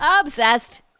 Obsessed